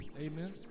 Amen